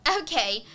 Okay